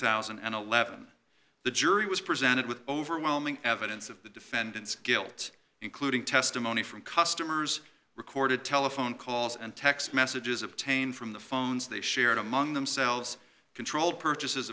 thousand and eleven the jury was presented with overwhelming evidence of the defendant's guilt including testimony from customers recorded telephone calls and text messages obtained from the phones they shared among themselves controlled purchases